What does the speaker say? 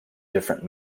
different